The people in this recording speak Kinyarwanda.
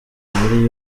muri